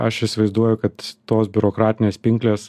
aš įsivaizduoju kad tos biurokratinės pinklės